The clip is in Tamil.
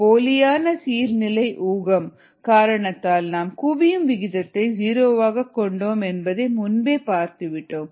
போலியான சீர் நிலை ஊகம் காரணத்தால் நாம் குவியும் விகிதத்தை ஜீரோவாக கொண்டோம் என்பதை முன்பே பார்த்துவிட்டோம்